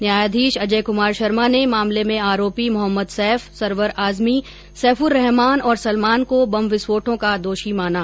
न्यायाधीश अजय कुमार शर्मा ने मामले में आरोपी मोहम्मद सैफ सरवर आजमी सैफ्र्रहमान और सलमान को बम विस्फोटो का दोषी माना